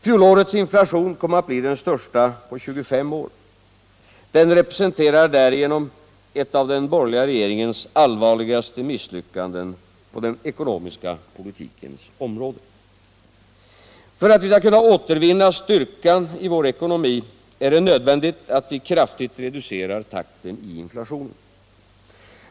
Fjolårets inflation kom att bli den största på 25 år. Den representerar därigenom ett av den borgerliga regeringens allvarligaste misslyckanden på den ekonomiska politikens område. Föratt vi skall kunna återvinna styrkan i vår ekonomi är det nödvändigt att vi kraftigt reducerar takten i inflationen.